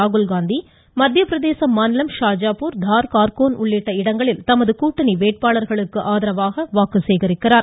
ராகுல்காந்தி மத்தியப்பிரதேச மாநிலம் ஷாஜாப்பூர் தார் கார்கோன் உள்ளிட்ட இடங்களில் தமது கூட்டணி வேட்பாளர்களுக்கு ஆதரவாக வாக்கு சேகரிக்கிறார்